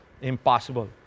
impossible